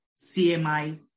CMI